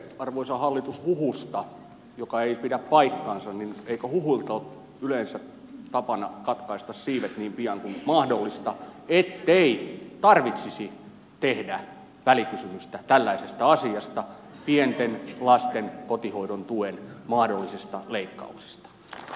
jos on kyse arvoisa hallitus huhusta joka ei pidä paikkaansa niin eikö huhuilta ole yleensä tapana katkaista siivet niin pian kuin mahdollista ettei tarvitsisi tehdä välikysymystä tällaisesta asiasta pienten lasten kotihoidon tuen mahdollisesta leikkauksesta